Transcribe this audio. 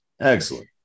Excellent